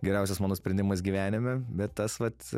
geriausias mano sprendimas gyvenime bet tas vat